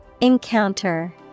Encounter